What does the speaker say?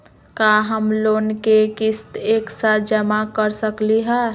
का हम लोन के किस्त एक साथ जमा कर सकली हे?